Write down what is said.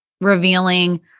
revealing